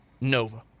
Nova